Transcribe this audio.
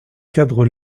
cadres